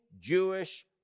Jewish